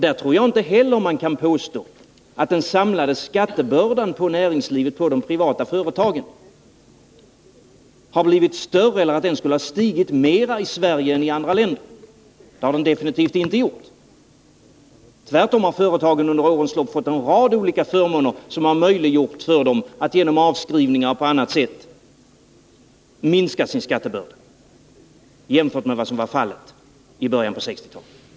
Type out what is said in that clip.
Där tror jag inte heller att man kan påstå att den samlade skattebördan på privatföretagen stigit mer i Sverige än i andra länder. Det har den definitivt inte gjort. Tvärtom har företagen under årens lopp fått en rad olika förmåner som möjliggjort för dem att genom avskrivningar och på annat sätt minska skattebördan jämfört med vad som var fallet i början av 1960-talet.